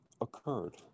occurred